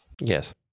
yes